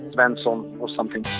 svensson or something.